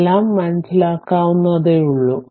എല്ലാം മനസ്സിലാക്കാവുന്നതേയുള്ളൂ